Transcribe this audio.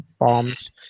bombs